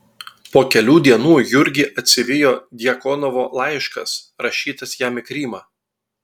po kelių dienų jurgį atsivijo djakonovo laiškas rašytas jam į krymą